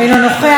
אינו נוכח,